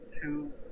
two